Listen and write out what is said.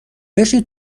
بشین